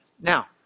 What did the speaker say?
Now